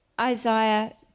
Isaiah